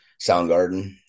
Soundgarden